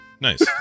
Nice